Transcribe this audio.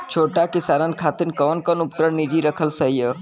छोट किसानन खातिन कवन कवन उपकरण निजी रखल सही ह?